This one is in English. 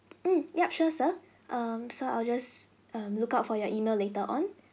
mm yup sure sir um so I'll just um look out for your email later on